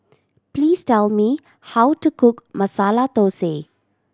please tell me how to cook Masala Thosai